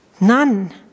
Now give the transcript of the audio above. none